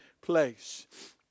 place